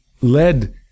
led